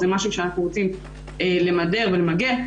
זה משהו שאנחנו רוצים למדר ולמגר.